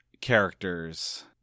characters